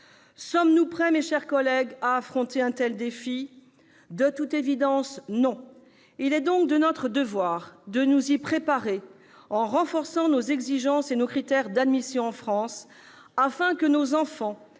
Sommes-nous prêts, mes chers collègues, à affronter un tel défi ? De toute évidence, non. Il est donc de notre devoir de nous y préparer en renforçant nos exigences et nos critères d'admission en France, afin que nos enfants